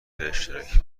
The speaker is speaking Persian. اشتراکی